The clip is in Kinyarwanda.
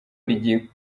rigiye